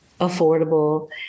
affordable